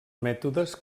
mètodes